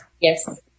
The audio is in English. Yes